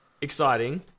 exciting